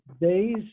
days